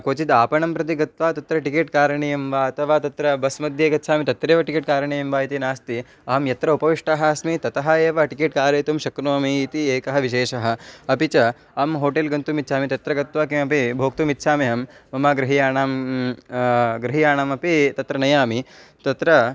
क्वचिद् आपणं प्रति गत्वा तत्र टिकेट् कारणीयं वा अथवा तत्र बस्मध्ये गच्छामि तत्रैव टिकेट् कारणीयं वा इति नास्ति अहं यत्र उपविष्टः अस्मि ततः एव टिकेट् कारयितुं शक्नोमि इति एकः विशेषः अपि च अहं होटेल् गन्तुम् इच्छामि तत्र गत्वा किमपि भोक्तुमिच्छामि अहं मम गृहीयाणां गृहीयाणामपि तत्र नयामि तत्र